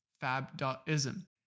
fab.ism